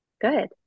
Good